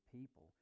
people